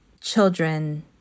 children